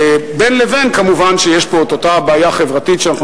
בין לבין כמובן שיש פה אותה בעיה חברתית שאנחנו